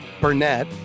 Burnett